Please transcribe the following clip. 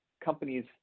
companies